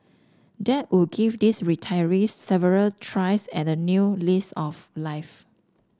that would give these retirees several tries at a new of life